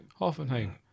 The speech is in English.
Hoffenheim